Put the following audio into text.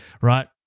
right